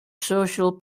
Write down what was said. social